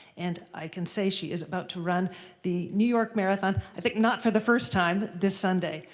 and i can say she is about to run the new york marathon, i think, not for the first time, this sunday.